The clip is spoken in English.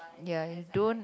ya don't